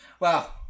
Wow